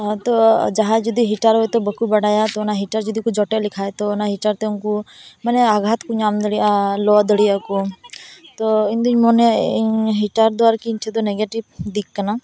ᱛᱚ ᱡᱟᱦᱟᱸᱭ ᱡᱩᱫᱤ ᱦᱤᱴᱟᱨ ᱦᱚᱭᱛᱚ ᱵᱟᱠᱚ ᱵᱟᱲᱟᱭᱟ ᱛᱚ ᱚᱱᱟ ᱦᱤᱴᱟᱨ ᱡᱩᱫᱤ ᱠᱚ ᱡᱚᱴᱮᱫ ᱞᱮᱠᱷᱟᱱ ᱛᱚ ᱚᱱᱟ ᱦᱤᱴᱟᱨ ᱛᱮ ᱩᱱᱠᱩ ᱢᱟᱱᱮ ᱟᱜᱷᱟᱛ ᱠᱚ ᱧᱟᱢ ᱫᱟᱲᱮᱜᱼᱟ ᱞᱚ ᱫᱟᱲᱮᱭᱟᱜ ᱠᱚ ᱛᱚ ᱤᱧᱫᱚᱧ ᱢᱚᱱᱮᱭᱟ ᱤᱧ ᱦᱤᱴᱟᱨ ᱫᱚ ᱟᱨᱠᱤ ᱤᱧᱴᱷᱮᱱ ᱫᱚ ᱱᱮᱜᱮᱴᱤᱵ ᱫᱤᱠ ᱠᱟᱱᱟ